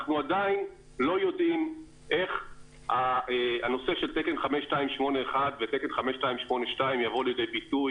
אנחנו עדין לא יודעים איך הנושא של תקן 5281 ותקן 5282 יבוא לידי ביטוי.